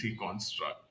construct